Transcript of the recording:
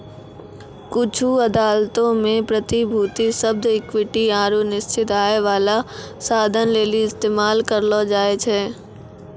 कुछु अदालतो मे प्रतिभूति शब्द इक्विटी आरु निश्चित आय बाला साधन लेली इस्तेमाल करलो जाय छै